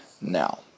Now